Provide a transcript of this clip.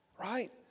Right